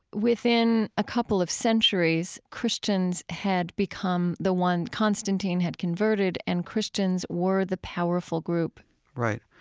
within a couple of centuries christians had become the one constantine had converted, and christians were the powerful group right.